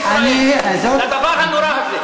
אני לא מאמין שזאת תשובת ממשלת ישראל על הדבר הנורא הזה.